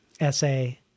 essay